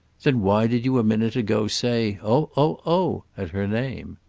then why did you a minute ago say oh, oh, oh at her name?